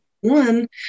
one